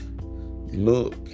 look